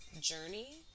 journey